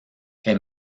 est